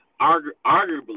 arguably